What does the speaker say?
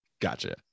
Gotcha